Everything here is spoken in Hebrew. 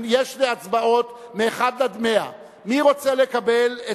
יש הצבעות מ-1 עד 100. מי רוצה לקבל את